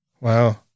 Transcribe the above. wow